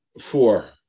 Four